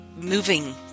moving